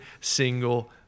single